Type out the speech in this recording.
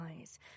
eyes